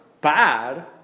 bad